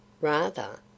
Rather